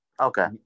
okay